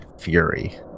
Fury